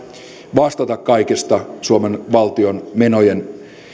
vastata kaikista suomen valtion